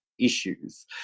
issues